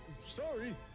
Sorry